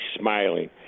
smiling